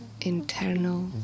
internal